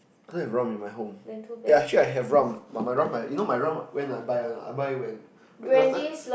only have rum in my home ya actually I have rum but my rum like you know my rum when I buy or not I buy when when was the last time